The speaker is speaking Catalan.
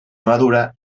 madura